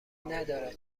نداره